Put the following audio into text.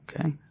Okay